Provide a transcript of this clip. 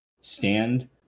stand